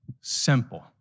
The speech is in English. Simple